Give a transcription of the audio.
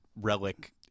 relic-